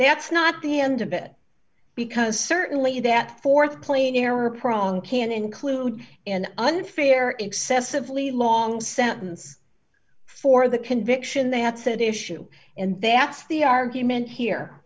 had not the end of it because certainly that th plane error prone can include an unfair excessively long sentence for the conviction they had said issue and that's the argument here